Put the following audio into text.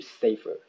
safer